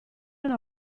una